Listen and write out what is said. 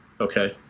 Okay